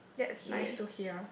that's nice to hear